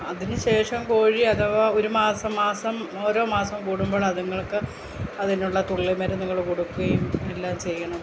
അതിനു ശേഷം കോഴി അഥവാ ഒരു മാസം മാസം ഓരോ മാസം കൂടുമ്പോൾ അതുങ്ങൾക്ക് അതിനുള്ള തുള്ളിമരുന്നുകൾ കൊടുക്കുകയും എല്ലാം ചെയ്യണം